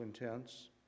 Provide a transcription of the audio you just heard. intense